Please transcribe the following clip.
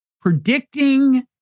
predicting